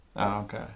Okay